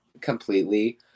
completely